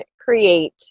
create